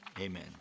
amen